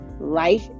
Life